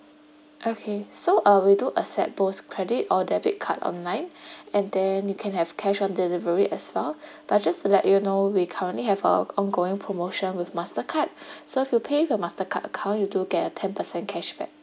okay so uh we do accept both credit or debit card online and then you can have cash on delivery as well but just let you know we currently have our ongoing promotion with mastercard so if you pay with your mastercard account you do get a ten percent cashback